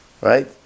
Right